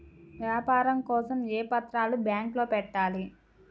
వ్యాపారం కోసం ఏ పత్రాలు బ్యాంక్లో పెట్టాలి?